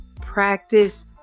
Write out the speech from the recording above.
practice